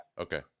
Okay